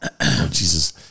Jesus